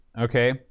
okay